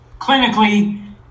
clinically